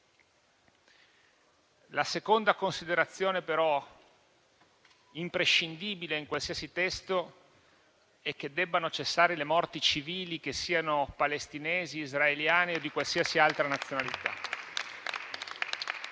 La seconda considerazione, però, imprescindibile in qualsiasi testo, è che debbano cessare le morti civili, che siano palestinesi, israeliane o di qualsiasi altra nazionalità.